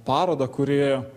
parodą kurioje